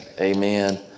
Amen